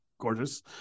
gorgeous